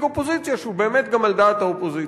האופוזיציה שהוא באמת גם על דעת האופוזיציה.